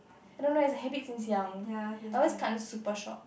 I don't know it's a habit since young I always cut until super shott